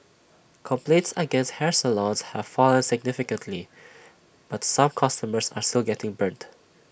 complaints against hair salons have fallen significantly but some customers are still getting burnt